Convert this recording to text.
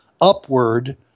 upward